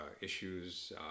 issues